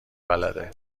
بلده